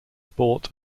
sport